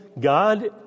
god